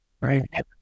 right